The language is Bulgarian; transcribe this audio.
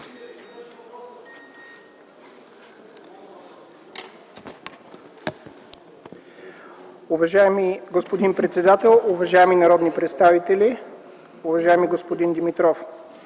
Уважаеми господин председател, уважаеми народни представители, уважаеми господин Димитров!